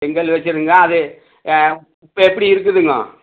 செங்கல் வச்சதுங்களா அது இப்போ எப்படி இருக்குதுங்கோ